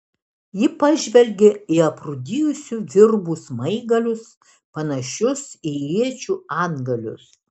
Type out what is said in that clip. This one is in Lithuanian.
ji pažvelgė į aprūdijusių virbų smaigalius panašius į iečių antgalius